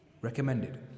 Recommended